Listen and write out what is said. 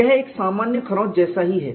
यह एक सामान्य खरोंच जैसा ही है